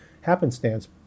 happenstance